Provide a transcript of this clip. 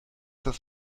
das